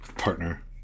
partner